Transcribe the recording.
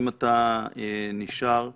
אם אתה נשאר איתנו,